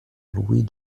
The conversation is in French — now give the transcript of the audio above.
louis